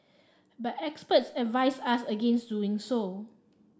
but experts advise ask against doing so